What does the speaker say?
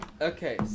Okay